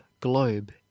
Globe